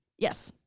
yes.